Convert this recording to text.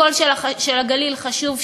חשוב שהקול של הגליל יישמע,